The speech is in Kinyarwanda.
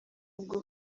ubwo